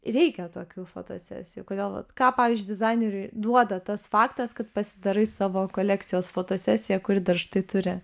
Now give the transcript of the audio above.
reikia tokių fotosesijų kodėl vat ką pavyzdžiui dizaineriui duoda tas faktas kad pasidarai savo kolekcijos fotosesiją kuri dar štai turi